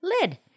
lid